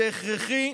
זה הכרחי,